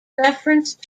reference